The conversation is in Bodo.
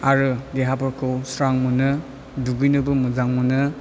आरो देहाफोरखौ स्रां मोनो दुगैनोबो मोजां मोनो